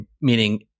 meaning